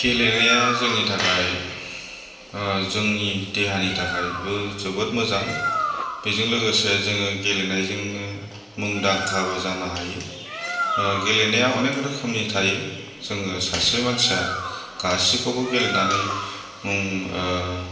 गेलेनाया जोंनि थाखाय जोंनि देहानि थाखायबो जोबोद मोजां बेजों लोगोसे जोङो गेलेनायजोंनो मुंदांखाबो जानो हायो गेलेनाया अनेक रोखोमनि थायो जोङो सासे मानसिया गासैखौबो गेलेनानै